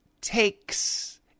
takes